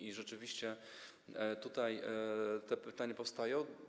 I rzeczywiście tutaj te pytania powstają.